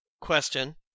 Question